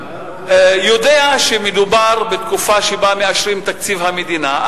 יודע שמדובר בתקופה שבה מאשרים את תקציב המדינה,